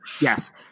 Yes